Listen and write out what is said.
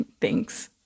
Thanks